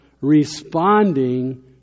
responding